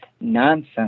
nonsense